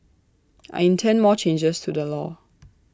I intend more changes to the law